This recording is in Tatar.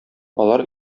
алар